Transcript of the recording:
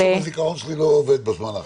משהו בזיכרון שלי לא עובד בזמן האחרון.